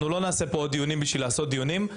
אנחנו לא נעשה פה עוד דיונים כדי לעשות דיונים.